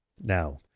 Now